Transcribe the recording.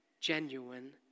genuine